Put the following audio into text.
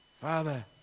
Father